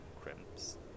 crimps